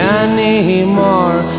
anymore